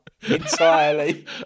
entirely